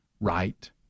right